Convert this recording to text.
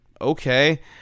okay